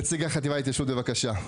נציג החטיבה להתיישבות, בבקשה.